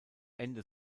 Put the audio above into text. ende